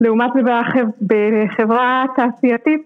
לעומת בחברה תעשייתית